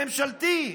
ממשלתי,